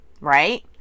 right